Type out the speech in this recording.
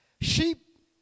Sheep